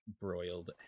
broiled